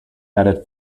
added